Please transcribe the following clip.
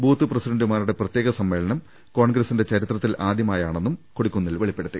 booth പ്രസിഡന്റുമാരുടെ പ്രത്യേക സമ്മേളനം കോൺഗ്രസിന്റെ ചരി ത്രത്തിൽ ആദ്യമായാണെന്നും കൊടിക്കുന്നിൽ വെളിപ്പെടുത്തി